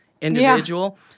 individual